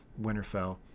Winterfell